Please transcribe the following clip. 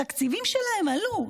התקציבים שלהם עלו.